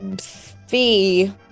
fee